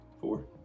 four